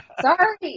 Sorry